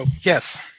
yes